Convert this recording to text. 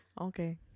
Okay